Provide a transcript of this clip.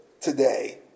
today